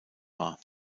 war